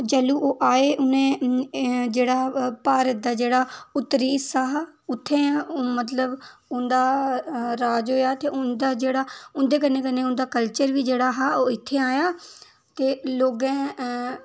जेल्लै ओह् आए उ'नें एह् जेह्ड़ा भारत दा जेह्ड़ा उत्तरी हिस्सा हा उत्थै मतलब उं'दा राज होएया ते उं'दा जेह्ड़ा उं'दे कन्नै कन्नै उं'दा कल्चर बी जेह्ड़ा हा ओह् इत्थै आया ते लोगें